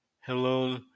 Hello